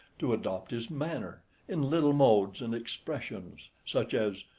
to adopt his manner, in little modes and expressions, such as,